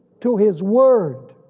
to his word,